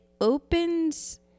opens